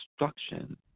instruction